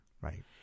Right